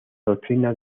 doctrina